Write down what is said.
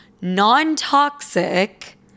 non-toxic